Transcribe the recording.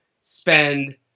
spend